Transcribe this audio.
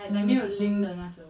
mmhmm mmhmm